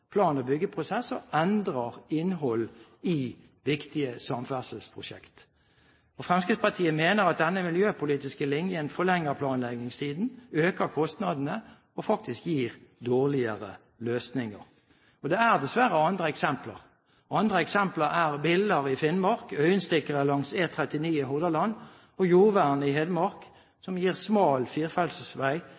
plan- og byggeprosess og endrer innhold i viktige samferdselsprosjekt. Fremskrittspartiet mener at denne miljøpolitiske linjen forlenger planleggingstiden, øker kostnadene og faktisk gir dårligere løsninger. Og det er dessverre andre eksempler, som biller i Finnmark, øyenstikkere langs E39 i Hordaland og jordvern i Hedmark som gir smal